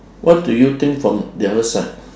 what do you think from the other side